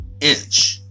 inch